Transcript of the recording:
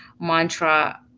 mantra